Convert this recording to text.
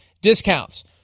discounts